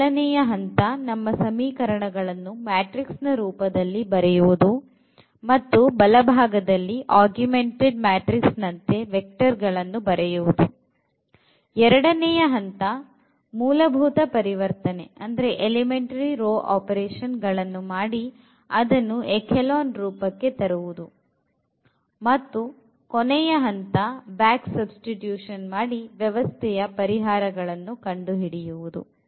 ಮೊದಲನೆಯ ಹಂತ ನಮ್ಮ ಸಮೀಕರಣಗಳನ್ನು ಮ್ಯಾಟ್ರಿಕ್ಸ್ ನ ರೂಪದಲ್ಲಿ ಬರೆಯುವುದು ಮತ್ತು ಬಲಭಾಗದಲ್ಲಿ augmented matrix ನಂತೆ ವೆಕ್ಟರ್ ಗಳನ್ನು ಬರೆಯುವುದು ಎರಡನೆಯ ಹಂತ ಮೂಲಭೂತ ಪರಿವರ್ತನೆಗಳನ್ನು ಮಾಡಿ ಅದನ್ನು echelon ರೂಪಕ್ಕೆ ತರಿಸುವುದು ಮತ್ತು ಕೊನೆಯ ಹಂತ back substitution ಮಾಡಿ ವ್ಯವಸ್ಥೆಯ ಪರಿಹಾರವನ್ನು ಕಂಡು ಹಿಡಿಯುವುದು